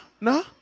no